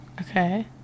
Okay